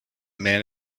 man